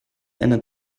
einer